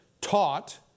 taught